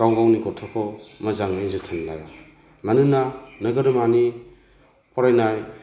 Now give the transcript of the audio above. गाव गावनि गथ'खौ मोजाङै जोथोन लाया मानोना नोगोरमानि फरायनाय